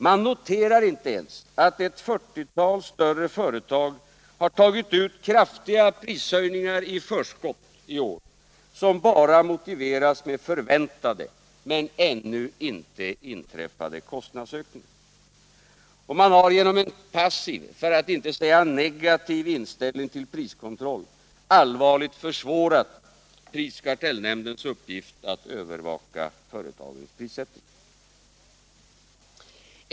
Man noterar inte ens att ett fyrtiotal större företag har tagit ut kraftiga prishöjningar i förskott i år, som bara motiveras med förväntade men ännu ej inträffade kostnadsökningar och man har genom en passiv, för att inte säga negativ inställning till priskontroll allvarligt försvårat prisoch kartellnämndens uppgift att övervaka företagens prissättning.